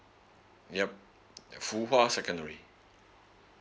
yup fu hwa secondary